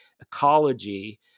ecology